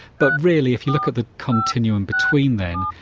but really if you look at the continuum between then,